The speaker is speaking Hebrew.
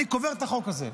אני קובר את החוק הזה.